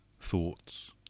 thoughts